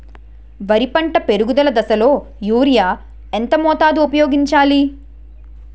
వరి పంట పెరుగుదల దశలో యూరియా ఎంత మోతాదు ఊపయోగించాలి?